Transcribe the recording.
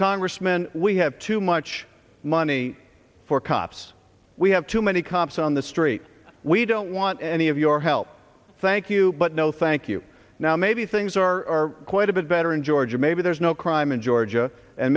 congressman we have too much money for cops we have too many cops on the street we don't want any of your help thank you but no thank you now maybe things are quite a bit better in georgia maybe there's no crime in georgia and